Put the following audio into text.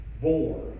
Born